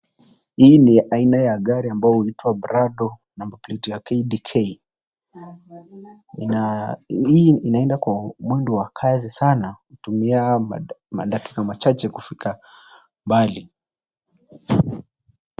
Hii ni aina ya gari ambayo huitwa Prado, numberplate ya KDK.Hii inaenda kwa mwendo wa kasi sana kutumia madakika machache kufika mbali.